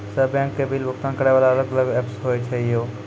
सब बैंक के बिल भुगतान करे वाला अलग अलग ऐप्स होय छै यो?